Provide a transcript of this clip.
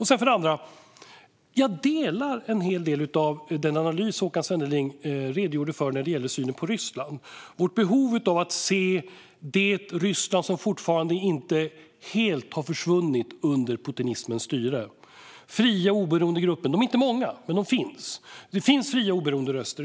Sedan delar jag en hel del av den analys som Håkan Svenneling redogjorde för när det gäller synen på Ryssland och vårt behov av att se det Ryssland som fortfarande inte helt har försvunnit under putinismens styre. Fria oberoende grupper är inte många, men de finns. Det finns fria oberoende röster.